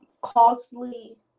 costly